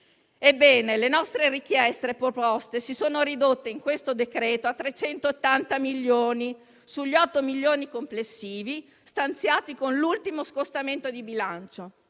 Ebbene, le nostre richieste e proposte si sono ridotte in questo decreto a 380 milioni sugli 8 milioni complessivi stanziati con l'ultimo scostamento di bilancio,